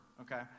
okay